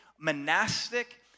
monastic